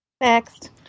Next